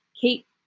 keep